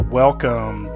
welcome